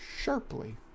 sharply